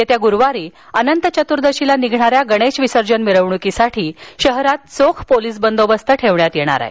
येत्या गुरुवारी अनंतचतुर्दशीला निघणाऱ्या गणेश विसर्जन मिरवण्कीसाठी शहरात चोख पोलीस बंदोबस्त ठेवण्यात आला आहे